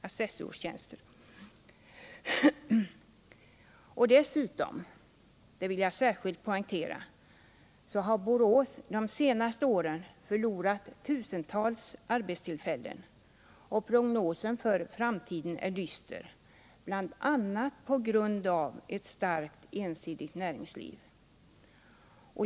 regionala försäk Vidare har Borås — det vill jag särskilt poängtera — de senaste åren = ringsrätter förlorat tusentals arbetstillfällen, och prognosen för framtiden är dyster, bl.a. på grund av ett starkt ensidigt näringsliv.